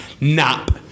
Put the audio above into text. Nap